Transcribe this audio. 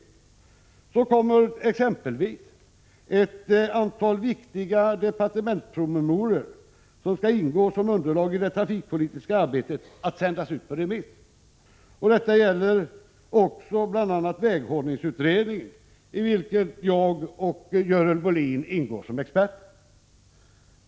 Så kommer exempelvis ett antal viktiga departementspromemorior, som skall ingå som underlag i det trafikpolitiska arbetet, att sändas ut på remiss. Detta gäller också bl.a. väghållningsutredningen, i vilken jag och Görel Bohlin ingår som experter.